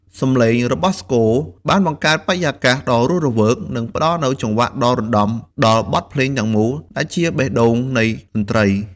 សំឡេងរបស់ស្គរបានបង្កើតបរិយាកាសដ៏រស់រវើក និងផ្តល់នូវចង្វាក់ដ៏រណ្តំដល់បទភ្លេងទាំងមូល ដែលជាបេះដូងនៃតន្ត្រី។